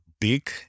big